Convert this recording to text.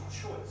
choice